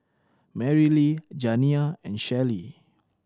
Marilee Janiyah and Shellie